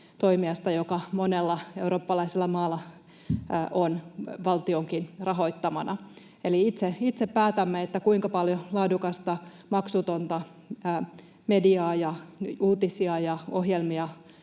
joka monella eurooppalaisella maalla on valtionkin rahoittamana. Eli itse päätämme, kuinka paljon laadukasta, maksutonta mediaa, uutisia, ohjelmia